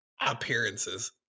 appearances